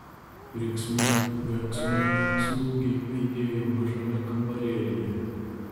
riksmai verksmai smūgiai aidėjo mažame kambarėlyje